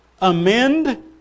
Amend